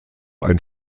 ein